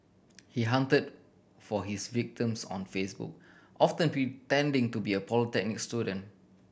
he hunted for his victims on Facebook often pretending to be a polytechnic student